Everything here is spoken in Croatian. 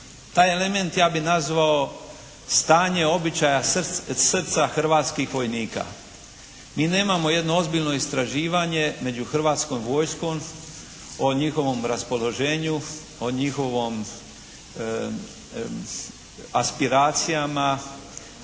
Taj element ja bih nazvao stanje običaja srca hrvatskih vojnika. Mi nemamo jedno ozbiljno istraživanje među Hrvatskom vojskom o njihovom raspoloženju, o njihovom aspiracijama,